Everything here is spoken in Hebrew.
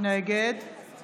נגד חוה